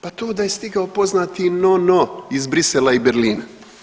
Pa to da je stigao poznati no no iz Brisela i Berlina.